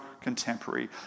contemporary